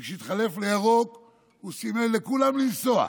וכשהתחלף לירוק הוא סימן לכולם לנסוע.